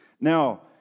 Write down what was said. now